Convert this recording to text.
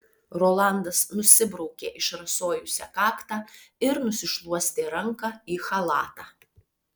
rolandas nusibraukė išrasojusią kaktą ir nusišluostė ranką į chalatą